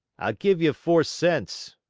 i'll give you four cents.